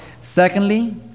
Secondly